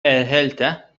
erhält